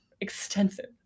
Extensive